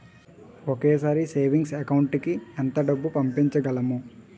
ఒకేసారి savings account కి ఎంత డబ్బు పంపించగలము?